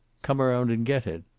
come around and get it.